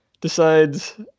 decides